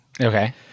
Okay